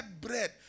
bread